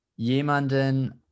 jemanden